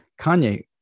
Kanye